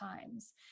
times